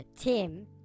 Tim